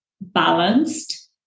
balanced